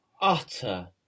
utter